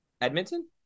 Edmonton